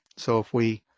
so if we